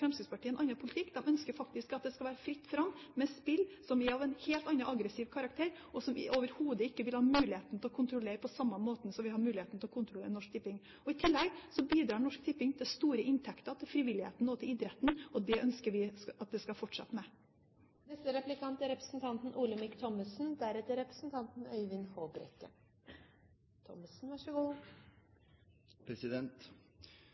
en annen politikk. De ønsker faktisk at det skal være fritt fram for spill som er av en helt annen aggressiv karakter, og som vi overhodet ikke vil ha muligheten til å kontrollere på samme måten som vi har muligheten til å kontrollere Norsk Tipping. I tillegg bidrar Norsk Tipping til store inntekter til frivilligheten og til idretten. Det ønsker vi de skal fortsette med. Norsk kulturråd har fått mer makt, og vi har fått et styre som er